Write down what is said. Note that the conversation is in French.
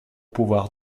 pouvoir